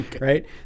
right